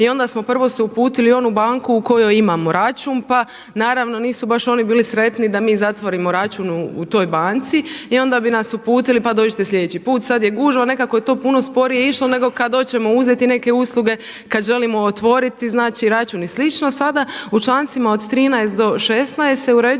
i onda smo prvo se uputili u onu banku u kojoj imamo račun, pa naravno nisu oni baš bili sretni da mi zatvorimo račun u toj banci i onda bi nas uputili pa dođite sljedeći put, sada je gužva, nekako je to puno sporije išlo nego kada hoćemo uzeti neke usluge, kada želimo otvoriti znači račun i slično sada. U člancima od 13. do 16. se uređuje